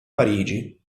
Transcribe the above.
parigi